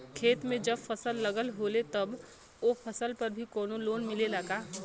खेत में जब फसल लगल होले तब ओ फसल पर भी कौनो लोन मिलेला का?